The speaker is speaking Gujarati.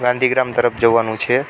ગાંધીગ્રામ તરફ જવાનું છે